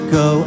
go